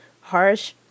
harsh